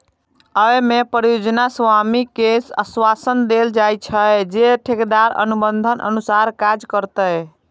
अय मे परियोजना स्वामी कें आश्वासन देल जाइ छै, जे ठेकेदार अनुबंधक अनुसार काज करतै